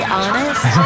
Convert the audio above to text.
honest